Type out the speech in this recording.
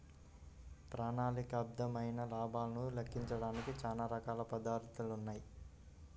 ప్రణాళికాబద్ధమైన లాభాలను లెక్కించడానికి చానా రకాల పద్ధతులున్నాయి